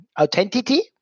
authenticity